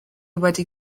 wedi